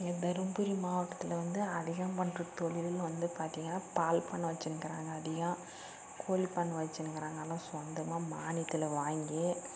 இங்கே தர்மபுரி மாவட்டத்தில் வந்து அதிகம் பண்ணுற தொழில்ன்னு வந்து பார்த்திங்கன்னா பால் பண்ணை வச்சுனுருக்குறாங்க அதிகம் கோழி பண்ணை வச்சுன்னுருக்குறாங்க சொந்தமாக மானியத்தில் வாங்கி